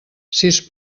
sis